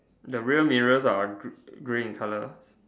the rear mirrors are grey grey in color